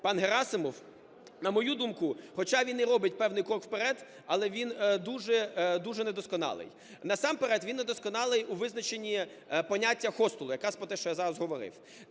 пан Герасимов, на мою думку, хоча він і робить певний крок вперед, але він дуже-дуже недосконалий. Насамперед, він недосконалий у визначенні поняття "хостелу", якраз про те, що я зараз говорив.